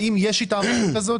האם יש התערבות כזאת?